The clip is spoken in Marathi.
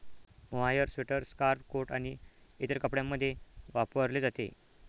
मोहायर स्वेटर, स्कार्फ, कोट आणि इतर कपड्यांमध्ये वापरले जाते